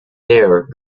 there